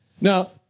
Now